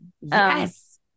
Yes